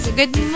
good